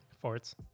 Forts